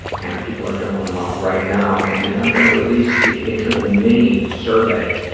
and people are filling them out right now. and then i'm going to release the occasional mini survey